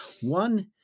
One